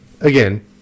again